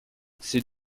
c’est